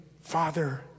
Father